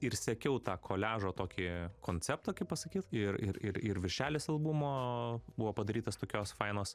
ir sekiau tą koliažą tokį konceptą kaip pasakyt ir ir ir viršelis albumo buvo padarytas tokios fainos